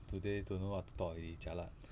today don't know what to talk already jialat